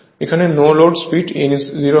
এখন no load speed n 0 হবে